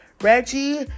Reggie